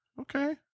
okay